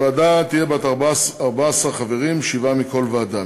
הוועדה תהיה בת 14 חברים, שבעה מכל ועדה.